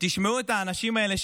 תשמעו את האנשים האלה,